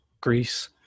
Greece